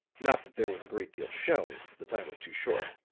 not that there was a great deal shown the time was too short.